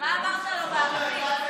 מה אמרת לו בערבית?